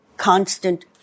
constant